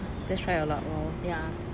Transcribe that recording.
just try your luck lor